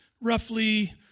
roughly